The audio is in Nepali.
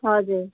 हजुर